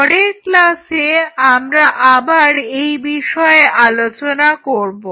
পরের ক্লাসে আমরা আবার এই বিষয়ে আলোচনা করব